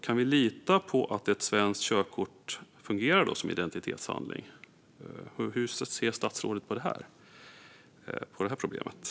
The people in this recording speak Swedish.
Kan vi lita på att ett svenskt körkort fungerar som identitetshandling? Hur ser statsrådet på detta?